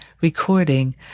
recording